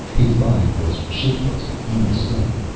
his body was shapeless, indistinct.